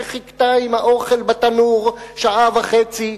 שחיכתה עם האוכל בתנור שעה וחצי,